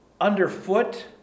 underfoot